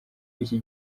iki